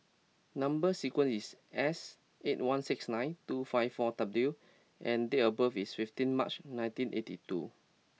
number sequence is S eight one six nine two five four W and date of birth is fifteen March nineteen eighty two